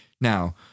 Now